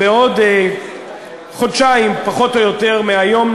בעוד חודשיים מהיום,